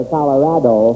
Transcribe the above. Colorado